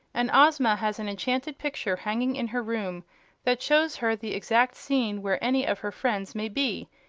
and ozma has an enchanted picture hanging in her room that shows her the exact scene where any of her friends may be,